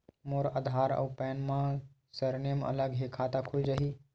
मोर आधार आऊ पैन मा सरनेम अलग हे खाता खुल जहीं?